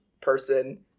person